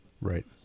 Right